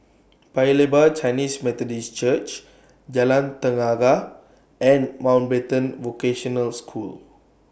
Paya Lebar Chinese Methodist Church Jalan Tenaga and Mountbatten Vocational School